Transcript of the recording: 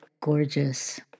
gorgeous